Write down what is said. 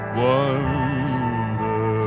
wonder